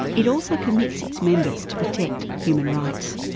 it also commits its members to protect human rights.